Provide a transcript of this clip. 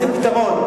איזה פתרון?